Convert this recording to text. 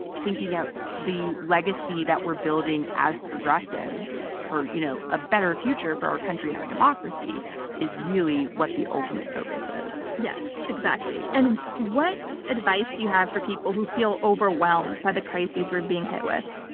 thinking of the legacy that we're building as progressives for you know a better future for our country and our democracy is really what the ultimate focus is. yes, exactly. and what advice do you have for people who feel overwhelmed by the crises we're being hit with?